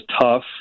tough